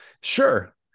Sure